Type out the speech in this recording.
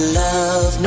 love